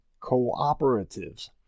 cooperatives